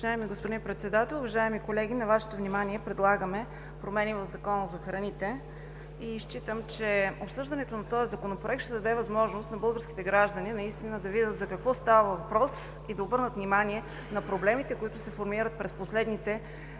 Председател, уважаеми колеги! На Вашето внимание предлагаме промени в Закона за храните. Считам, че обсъждането на този Законопроект ще даде възможност на българските граждани наистина да видят за какво става въпрос и да обърнат внимание на проблемите, които се формират през последните